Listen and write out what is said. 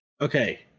Okay